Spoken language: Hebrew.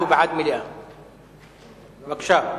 בבקשה.